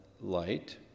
light